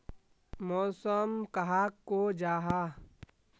मौसम कहाक को जाहा?